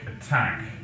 attack